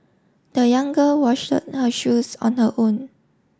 the young girl washed her shoes on her own